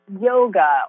yoga